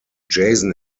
jason